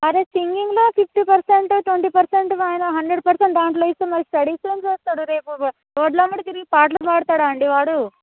అరే సింగింగ్లో sixty percent twenty percent మైన హండ్రెడ్ పర్సంట్ దాంట్లో ఇస్తే మరి స్టడీస్లో ఏం చేస్తాడు రేపు రోడ్ల వెంబడి తిరిగి పాటలు పాడుతాడా అండి వాడు